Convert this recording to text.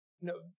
No